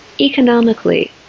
Economically